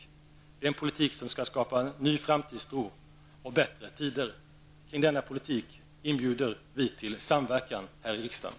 Det är en politik som skall skapa ny framtidstro och bättre tider. Vi inbjuder till samverkan kring denna politik här i riksdagen.